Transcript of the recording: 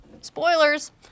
Spoilers